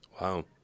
Wow